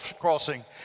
crossing